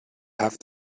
have